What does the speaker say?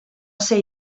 ser